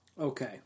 Okay